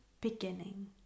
beginning